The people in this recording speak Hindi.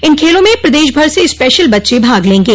इन खेलों में प्रदेश भर से स्पेशल बच्चे भाग लेंगे